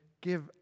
give